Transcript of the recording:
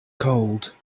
cold